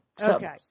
Okay